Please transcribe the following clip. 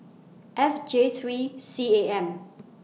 F J three C A M